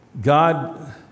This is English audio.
God